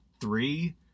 three